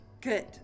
Good